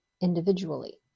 individually